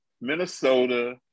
Minnesota